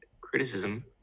criticism